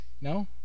No